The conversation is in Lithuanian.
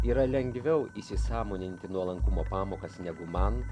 yra lengviau įsisąmoninti nuolankumo pamokas negu man